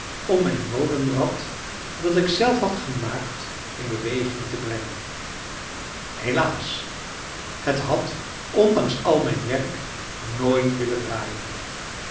om mijn molenrad dat ik zelf had gemaakt in beweging te brengen helaas het had ondanks al mijn werk nooit willen draaien